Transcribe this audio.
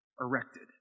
erected